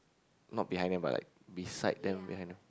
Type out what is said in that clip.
not behind them but like beside them behind them